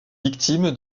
victime